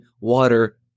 water